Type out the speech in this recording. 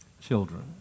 Children